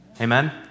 Amen